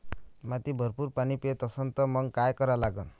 माती भरपूर पाणी पेत असन तर मंग काय करा लागन?